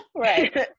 Right